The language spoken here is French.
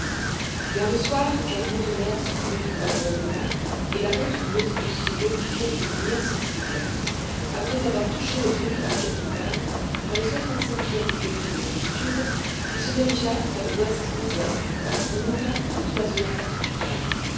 vers le soir clermont-tonnerre se fondit dans l'éloignement et la route du nautilus se modifia d'une manière sensible après avoir touché le tropique du capricorne par le cent trente-cinquième degré de longitude il se dirigea vers louest nord ouest remontant toute la zone